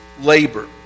labor